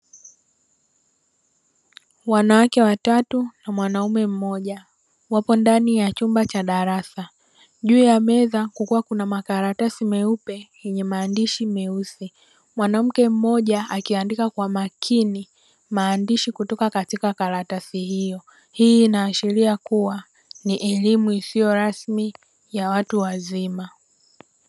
Wanawake watatu na mwanaume mmoja wapo ndani ya chumba cha darasa, juu ya meza kukiwa kuna makaratasi meupe yenye maandishi meusi, mwanamke mmoja akiandika kwa makini maandishi kutoka katika karatasi hiyo, hii inaashiria kuwa ni elimu isiyo rasmi ya watu wazima.